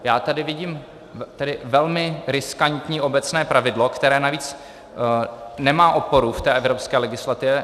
Já tady vidím velmi riskantní obecné pravidlo, které navíc nemá oporu v evropské legislativě.